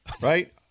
right